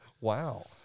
Wow